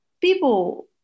people